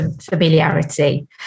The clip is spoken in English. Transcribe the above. familiarity